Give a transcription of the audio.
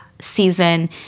season